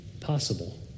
possible